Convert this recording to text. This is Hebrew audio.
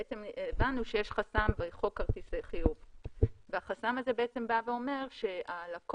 הבנו שיש חסם בחוק כרטיסי חיוב והחסם הזה בא ואומר שהלקוח